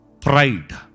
Pride